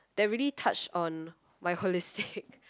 that really touch on my holistic